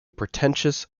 pretentious